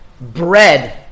bread